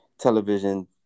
television